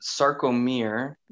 sarcomere